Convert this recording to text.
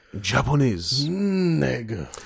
Japanese